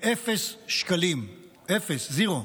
ואפס שקלים, אפס, זירו,